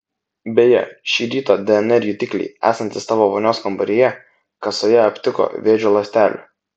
beje šį rytą dnr jutikliai esantys tavo vonios kambaryje kasoje aptiko vėžio ląstelių